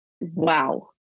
wow